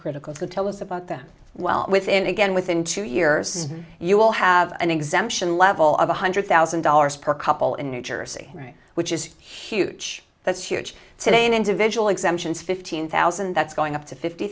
critical to tell us about that well within again within two years you will have an exemption level of one hundred thousand dollars per couple in new jersey which is huge that's huge today in individual exemptions fifteen thousand that's going up to fifty